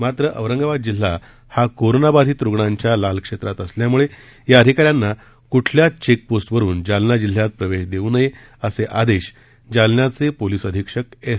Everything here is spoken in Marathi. मात्र औरंगाबाद जिल्हा हा कोरोना बाधित रुग्णांच्या लाल क्षेत्रात असल्यामुळे या अधिकाऱ्यांना कुठल्याच चेकपोस्त्रिरून जालना जिल्ह्यात प्रवेश देऊ नये असे आदेश जालन्याचे पोलीस अधीक्षक एस